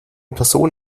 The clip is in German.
person